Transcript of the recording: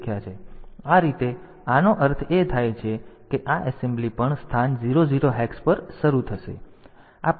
તેથી આ રીતે આનો અર્થ એ થાય કે આ એસેમ્બલી પણ સ્થાન 0 0 હેક્સ પર શરૂ થશે